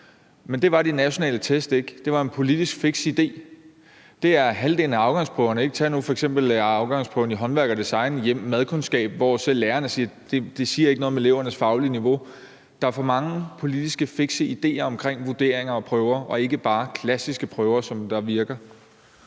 Men det var de nationale test ikke. Det var en politisk fiks idé. Det gælder halvdelen af afgangsprøverne. Tag nu f.eks. afgangsprøven i håndværk og design og madkundskab, hvor selv lærerne siger, at det ikke siger noget om elevernes faglige niveau. Der er for mange politiske fikse idéer omkring vurderinger og prøver – og ikke bare klassiske prøver, som virker.